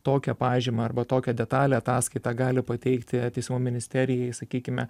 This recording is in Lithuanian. tokią pažymą arba tokią detalią ataskaitą gali pateikti teismo ministerijai sakykime